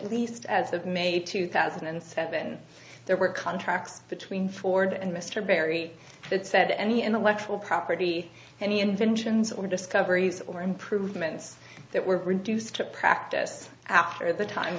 least as of may two thousand and seven there were contacts between ford and mr berry that said any intellectual property any inventions or discoveries or improvements that were produced to practice after the time